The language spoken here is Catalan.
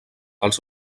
els